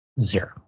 Zero